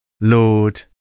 Lord